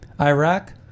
Iraq